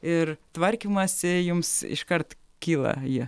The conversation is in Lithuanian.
ir tvarkymąsi jums iškart kyla jie